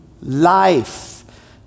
life